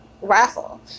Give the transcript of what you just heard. raffle